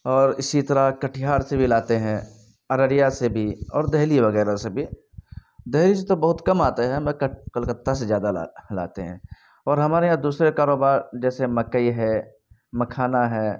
اور اسی طرح کٹھیار سے بھی لاتے ہیں ارریہ سے بھی اور دہلی وغیرہ سے بھی دہلی سے تو بہت کم آتے ہیں میں کلکتہ سے جیادہ لاتے ہیں اور ہمارے یہاں دوسرے کاروبار جیسے مکئی ہے مکھانا ہے